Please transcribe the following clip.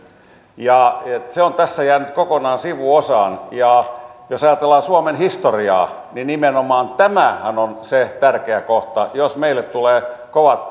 se on tässä jäänyt kokonaan sivuosaan ja jos ajatellaan suomen historiaa niin nimenomaan tämähän on se tärkeä kohta jos meille tulee kovat